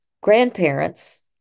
grandparents